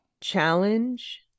challenge